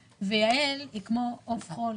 ויעל היא כמו עוף חול,